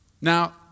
Now